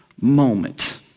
moment